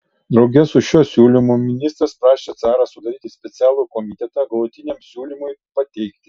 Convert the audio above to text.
drauge su šiuo siūlymu ministras prašė carą sudaryti specialų komitetą galutiniam siūlymui pateikti